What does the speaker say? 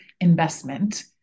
investment